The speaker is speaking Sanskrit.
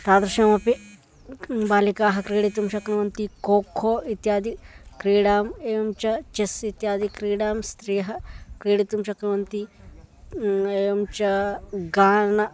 तादृशमपि बालिकाः क्रीडितुं शक्नुवन्ति को को इत्यादि क्रीडां एवं च चेस् इत्यादि क्रीडां स्त्रियः क्रीडितुं शक्नुवन्ति एवं च गानम्